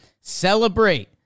celebrate